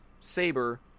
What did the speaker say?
saber